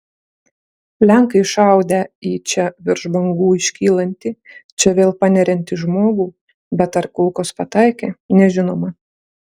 lenkai šaudę į čia virš bangų iškylantį čia vėl paneriantį žmogų bet ar kulkos pataikė nežinoma